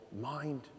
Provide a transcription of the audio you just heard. mind